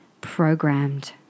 programmed